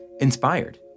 inspired